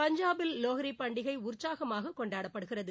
பஞ்சாபில் லோஹ்ரி பண்டிகை உற்சாகமாக கொண்டாடப்படுகிறது